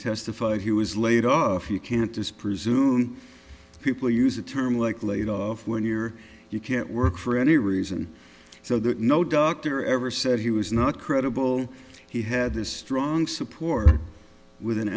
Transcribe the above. testified he was laid off you can't is presumed people use a term like laid off when your you can't work for any reason so that no doctor ever said he was not credible he had this strong support with an